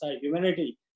humanity